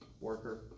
worker